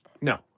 No